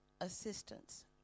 assistance